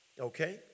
Okay